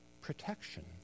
protection